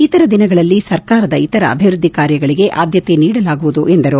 ಇತರ ದಿನಗಳಲ್ಲಿ ಸರ್ಕಾರದ ಇತರ ಅಭಿವೃದ್ದಿ ಕಾರ್ಯಗಳಿಗೆ ಆದ್ದತೆ ನೀಡಲಾಗುವುದು ಎಂದರು